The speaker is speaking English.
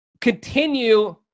continue